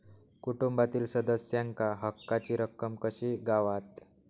कुटुंबातील सदस्यांका हक्काची रक्कम कशी गावात?